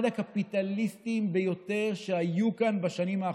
אחד הקפיטליסטיים ביותר שהיו כאן בשנים האחרונות.